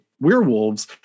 werewolves